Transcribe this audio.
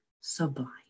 sublime